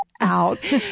out